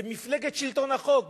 למפלגת שלטון החוק.